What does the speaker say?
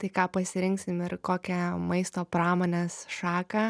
tai ką pasirinksim ir kokią maisto pramonės šaką